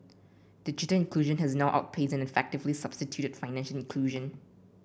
digital inclusion has now outpaced and effectively substituted financial inclusion